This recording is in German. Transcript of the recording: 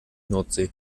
nordsee